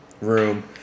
room